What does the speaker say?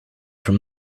from